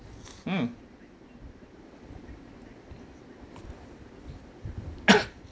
mm